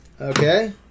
Okay